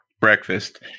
breakfast